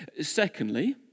Secondly